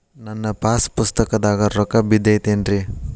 ನನ್ನ ಪಾಸ್ ಪುಸ್ತಕದಾಗ ರೊಕ್ಕ ಬಿದ್ದೈತೇನ್ರಿ?